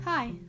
Hi